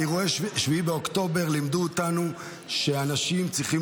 אירועי 7 באוקטובר לימדו אותנו שאנשים צריכים